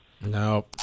No